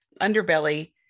underbelly